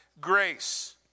grace